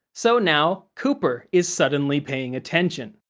so now cooper is suddenly paying attention.